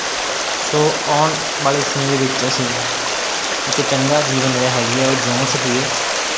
ਸੋ ਆਉਣ ਵਾਲੇ ਸਮੇਂ ਦੇ ਵਿੱਚ ਅਸੀਂ ਇੱਕ ਚੰਗਾ ਜੀਵਨ ਜਿਹੜਾ ਹੈਗੀ ਹੈ ਉਹ ਜਿਉਂ ਸਕੀਏ